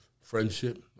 friendship